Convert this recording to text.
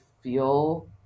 feel